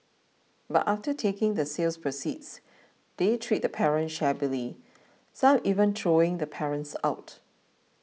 but after taking the sale proceeds they treat the parents shabbily some even throwing the parents out